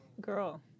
Girl